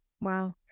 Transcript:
Wow